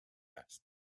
asked